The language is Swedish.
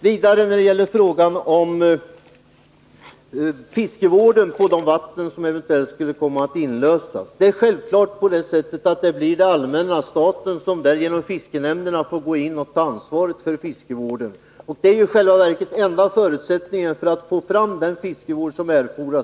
Vad sedan gäller fiskevården i de vatten som skulle komma att inlösas blir det självfallet staten som genom fiskenämnderna får gå in och ta ansvaret för den. Att skapa ett samhälleligt ansvar för fiskevården är i själva verket den enda förutsättningen som finns för att få den fiskevård som erfordras.